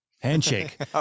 Handshake